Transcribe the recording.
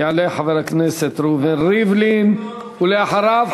יעלה חבר הכנסת ראובן ריבלין, ואחריו